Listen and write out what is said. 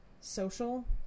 social